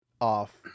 off